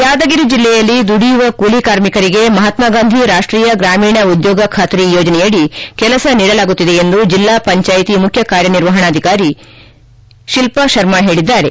ಯಾದಗಿರಿ ಜಿಲ್ಲೆಯಲ್ಲಿ ದುಡಿಯುವ ಕೂಲಿ ಕಾರ್ಮಿಕರಿಗೆ ಮಹಾತ್ಮಗಾಂಧಿ ರಾಷ್ಟೀಯ ಗ್ರಾಮೀಣ ಉದ್ಯೋಗ ಖಾತ್ರಿ ಯೋಜನೆಯಡಿ ಕೆಲಸ ನೀಡಲಾಗುತ್ತಿದೆ ಎಂದು ಜಿಲ್ಲಾ ಪಂಚಾಯಿತಿ ಮುಖ್ಯ ಕಾರ್ಯನಿರ್ವಹಣಾಧಿಕಾರಿ ಶಿಲ್ಪಾ ಶರ್ಮ ಹೇಳಿದ್ದಾರೆ